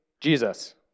Jesus